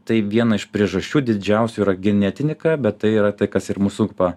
tai viena iš priežasčių didžiausių yra genetinika bet tai yra tai kas ir mus supa